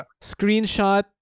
screenshot